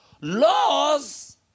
Laws